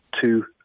two